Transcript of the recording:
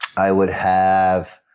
i would have